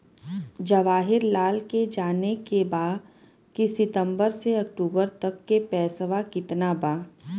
जवाहिर लाल के जाने के बा की सितंबर से अक्टूबर तक के पेसवा कितना बा?